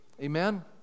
Amen